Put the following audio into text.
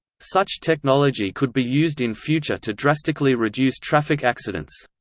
such technology could be used in future to drastically reduce traffic accidents.